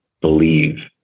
believe